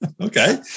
Okay